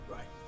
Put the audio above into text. Right